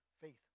faith